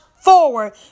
forward